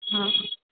हा